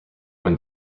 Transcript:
when